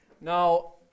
Now